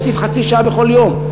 נוסיף חצי שעה בכל יום.